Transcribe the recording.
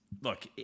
Look